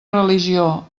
religió